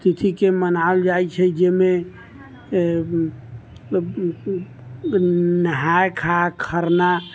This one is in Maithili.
तिथिके मनायल जाइ छै जेहिमे नहाय खाइ खरना